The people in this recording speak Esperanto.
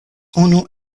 unu